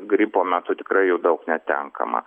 gripo metu tikrai jų daug netenkama